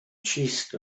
chest